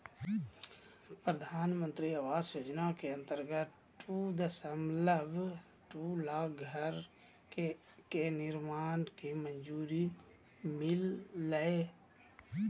प्रधानमंत्री आवास योजना के अंतर्गत दू दशमलब दू लाख घर के निर्माण के मंजूरी मिललय